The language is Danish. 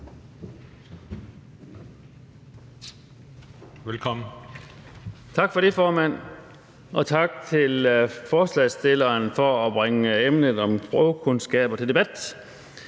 (KF): Tak for det, formand. Og tak til forslagsstillerne for at bringe emnet om sprogkundskaber til debat.